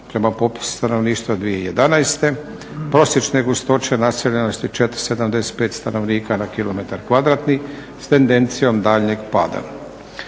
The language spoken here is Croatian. prema popisu stanovništva 2011., prosječne gustoće naseljenosti 4,75 stanovnika na km2 s tendencijom daljnjeg pada.